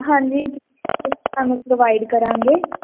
ਹਾਂਜੀ ਤੁਹਾਨੂੰ ਪ੍ਰੋਵਾਈਡ ਕਰਾਂਗੇ